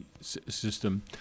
system